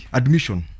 admission